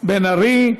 בן ארי.